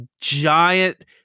giant